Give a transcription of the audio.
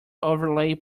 overlay